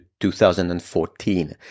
2014